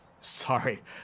sorry